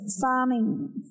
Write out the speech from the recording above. farming